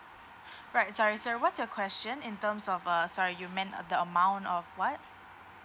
right sorry sir what's your question in terms of uh sorry you meant uh the amount of what